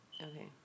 Okay